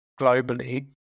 globally